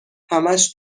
همش